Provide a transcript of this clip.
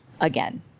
again